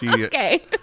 Okay